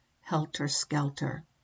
helter-skelter